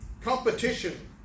competition